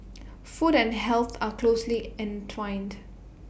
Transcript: food and health are closely entwined